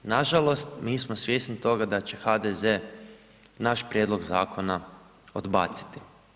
Nažalost mi smo svjesni toga da će HDZ naš prijedlog zakona odbaciti.